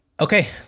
Okay